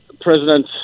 President